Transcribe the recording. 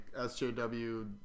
sjw